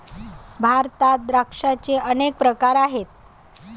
भारतात द्राक्षांचे अनेक प्रकार आहेत